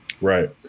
Right